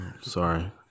Sorry